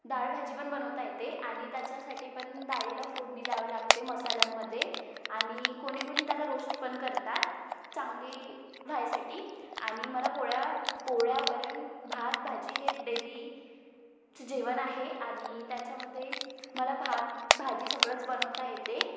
डाळ भाजी पण बनवता येते आणि त्याच्यासाठी पण डाळीला फोडणी द्यावं लागते मसाल्यांमध्ये आणि कोणी कोणी त्याला रोस्ट पण करतात चांगली व्हायसाठी आणि मला पोळ्या पोळ्यावरण भात भाजी हे र डेलीचं जेवण आहे आणि त्याच्यामध्ये मला भात भाजी सगळंच बनवता येते